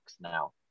now